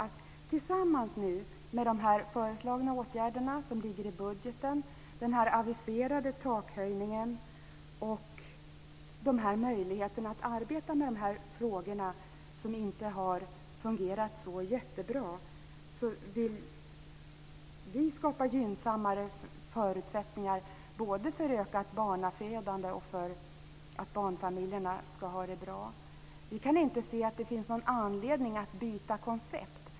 Tillsammans med de här föreslagna åtgärderna som ligger i budgeten, den aviserade takhöjningen och möjligheterna att arbeta med de frågor som inte har fungerat så jättebra vill vi skapa gynnsammare förutsättningar för både ökat barnafödande och för att barnfamiljerna ska ha det bra. Vi kan inte se att det finns någon anledning att byta koncept.